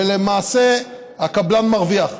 ולמעשה הקבלן מרוויח.